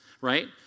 right